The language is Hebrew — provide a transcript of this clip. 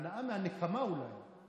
זאת הנאה מהנקמה, אולי.